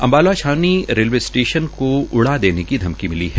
अम्बाला छावनी railway station को उड़ा देने की धमकी मिली है